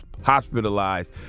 hospitalized